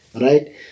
right